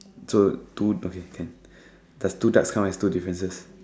so two okay can does two ducks count as two differences